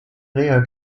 reha